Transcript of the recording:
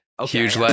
Huge